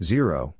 Zero